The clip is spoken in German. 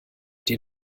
den